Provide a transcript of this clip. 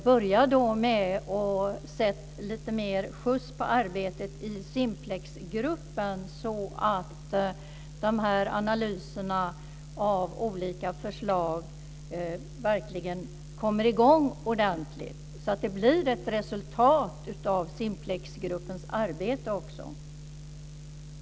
Börja då med att sätta lite mer skjuts på arbetet i Simplexgruppen så att de här analyserna av olika förslag verkligen kommer i gång ordentligt och det blir ett resultat av Simplexgruppens arbete också!